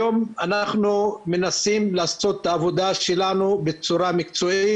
היום אנחנו מנסים לעשות את העבודה שלנו בצורה מקצועית.